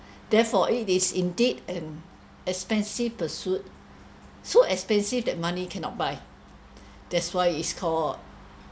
therefore it is indeed an expensive pursuit so expensive that money cannot buy that's why it's called